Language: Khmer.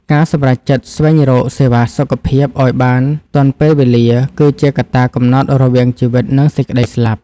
ការសម្រេចចិត្តស្វែងរកសេវាសុខភាពឱ្យបានទាន់ពេលវេលា គឺជាកត្តាកំណត់រវាងជីវិត និងសេចក្តីស្លាប់។